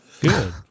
good